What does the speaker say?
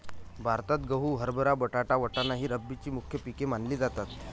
भारतात गहू, हरभरा, बटाटा, वाटाणा ही रब्बीची मुख्य पिके मानली जातात